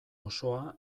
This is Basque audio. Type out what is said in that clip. osoa